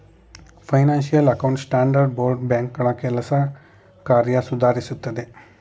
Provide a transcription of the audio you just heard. financial account standard board ಬ್ಯಾಂಕ್ಗಳ ಕೆಲಸ ಕಾರ್ಯ ಸುಧಾರಿಸುತ್ತದೆ